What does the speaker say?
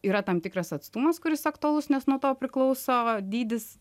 yra tam tikras atstumas kuris aktualus nes nuo to priklauso dydis